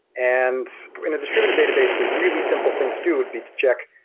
and in a distributed database, the really simple thing to do would be to check,